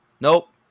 nope